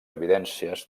evidències